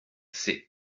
c’est